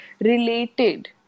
Related